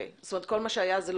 אף אחד מהשותפים בו, חוץ ממני, לא